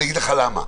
ואגיד לך למה.